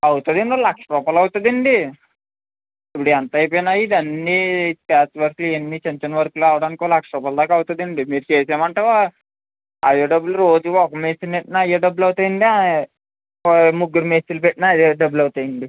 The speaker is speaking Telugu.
అవుతుందండి మరి లక్ష రూపాయలు అవుతుందండి ఇప్పుడు ఎంత అయిపోయినా ఇవన్నీ ప్యాచ్ వర్కు ఇవన్నీ చిన్న చిన్న వర్కులు అవడానికి ఒక లక్ష రూపాయలు దాకా అవుతుందండి మీరు చేసేయమంటే అవే డబ్బులు రోజూ ఒక మేస్త్రిని పెట్టినా అవే డబ్బులు అవుతాయండి ఓ ముగ్గురు మేస్త్రిలను పెట్టినా అవే డబ్బులు అవుతాయండి